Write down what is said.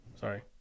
Sorry